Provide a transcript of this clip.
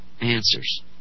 answers